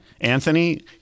Anthony